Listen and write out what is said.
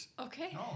Okay